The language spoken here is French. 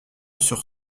sur